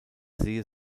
sehe